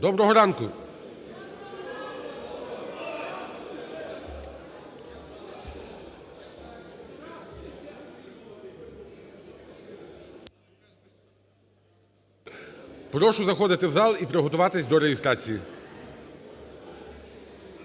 Доброго ранку! Прошу заходити в зал і приготуватись до реєстрації.